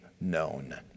known